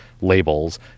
labels